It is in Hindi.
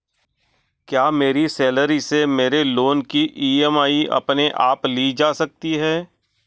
क्या मेरी सैलरी से मेरे लोंन की ई.एम.आई अपने आप ली जा सकती है?